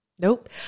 Nope